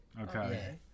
okay